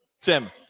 Tim